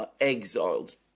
exiled